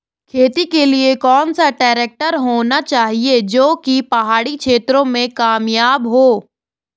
खेती के लिए कौन सा ट्रैक्टर होना चाहिए जो की पहाड़ी क्षेत्रों में कामयाब हो?